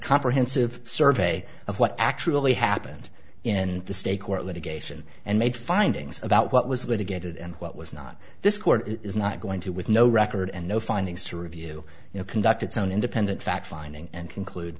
comprehensive survey of what actually happened in the state court litigation and made findings about what was going to get and what was not this court is not going to with no record and no findings to review you know conduct its own independent fact finding and conclude